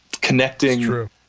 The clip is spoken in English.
connecting